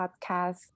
podcast